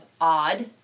odd